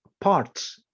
parts